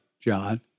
John